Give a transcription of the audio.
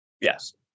Yes